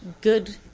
good